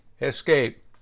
escape